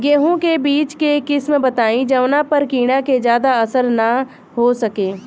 गेहूं के बीज के किस्म बताई जवना पर कीड़ा के ज्यादा असर न हो सके?